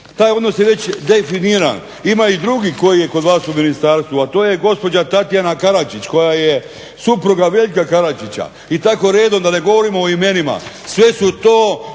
taj odnos je već definiran, ima i drugi koji je kod vas u ministarstvu, a to je gospođa Tatjana Kalađić koja je supruga Veljka Kalađića i tako redom da ne govorimo o imenima. Sve su to